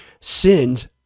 Sins